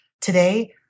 today